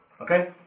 Okay